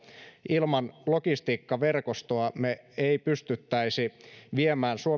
ilman logistiikkaverkostoa me emme pystyisi viemään